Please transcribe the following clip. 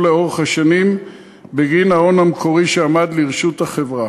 לאורך השנים בגין ההון המקורי שעמד לרשות החברה.